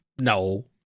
no